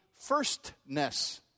firstness